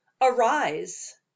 arise